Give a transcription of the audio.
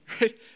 Right